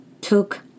took